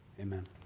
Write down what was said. amen